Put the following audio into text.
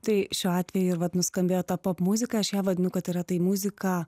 tai šiuo atveju vat nuskambėjo tą popmuziką aš ją vadinu kad yra tai muzika